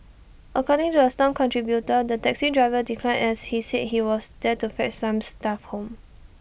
according to A stomp contributor the taxi driver declined as he said he was there to fetch some staff home